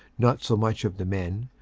not so much of the men,